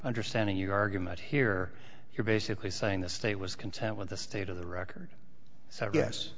understanding your argument here you're basically saying the state was content with the state of the record